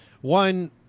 One